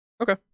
Okay